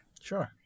Sure